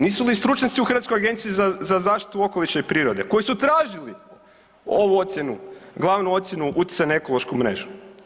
Nisu li stručnjaci u Hrvatskoj agenciji za zaštitu okoliša i prirode koji su tražili ovu ocjenu, glavnu ocjenu utjecaja na ekološku mrežu.